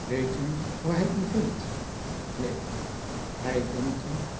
weet u hoe hij u vindt neen hij vindt u